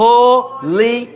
Holy